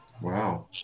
Wow